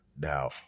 Now